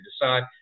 decide